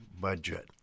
budget